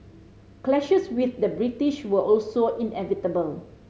clashes with the British were also inevitable